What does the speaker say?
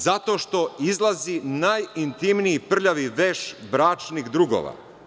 Zato što izlazi najintimniji prljavi veš bračnih drugova.